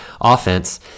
offense